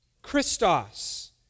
Christos